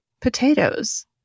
potatoes